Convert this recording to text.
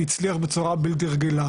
הצליח בצורה בלתי רגילה.